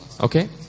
Okay